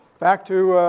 back to, ah,